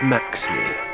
Maxley